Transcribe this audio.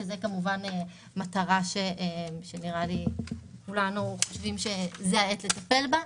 שזו מטרה שנראה לי שכולם חושבים שזו העת לטפל בה.